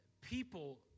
People